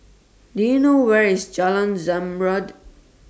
Do YOU know Where IS Jalan Zamrud